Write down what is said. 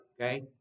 Okay